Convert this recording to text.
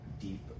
deep